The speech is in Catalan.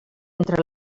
entre